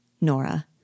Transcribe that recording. Nora